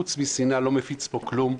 חוץ משנאה הוא לא מפיץ פה כלום.